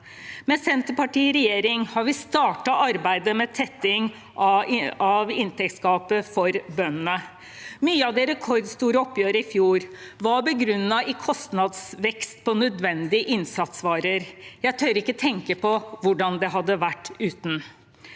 Med Senterpartiet i regjering har vi startet arbeidet med tetting av inntektsgapet for bøndene. Mye av det rekordstore oppgjøret i fjor var begrunnet i kostnadsvekst på nødvendige innsatsvarer. Jeg tør ikke tenke på hvordan det hadde vært uten.